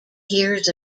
hears